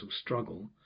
struggle